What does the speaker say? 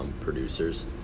producers